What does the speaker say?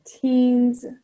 teens